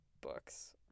books